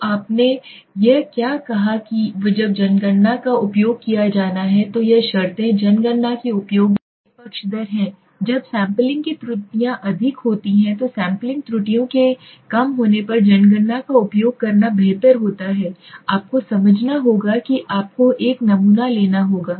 तो आपने यह क्या कहा कि जब जनगणना का उपयोग किया जाना है तो यह शर्तें जनगणना के उपयोग के पक्षधर हैं जब सैंपलिंग की त्रुटियां अधिक होती हैं तो सैंपलिंग त्रुटियों के कम होने पर जनगणना का उपयोग करना बेहतर होता है आपको समझना होगा कि आपको एक नमूना लेना होगा